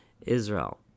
Israel